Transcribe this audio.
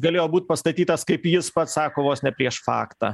galėjo būt pastatytas kaip jis pats sako vos ne prieš faktą